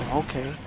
okay